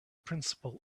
principle